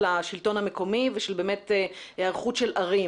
השלטון המקומי בשביל באמת ההיערכות של הערים.